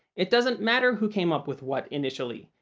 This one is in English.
it doesn't matter who came up with what, initially.